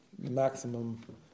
maximum